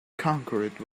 concrete